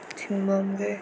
Zimbabwe